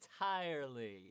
entirely